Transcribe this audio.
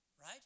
right